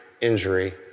injury